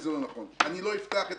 לא אפתח את